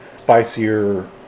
spicier